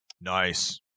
Nice